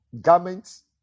garments